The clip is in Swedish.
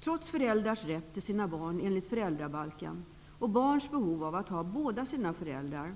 Trots föräldrars rätt till sina barn enligt föräldrabalken och barns behov av att ha båda sina föräldrar